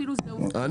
אפילו זה הוסדר.